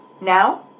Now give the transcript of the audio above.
Now